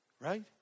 right